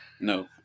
No